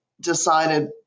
decided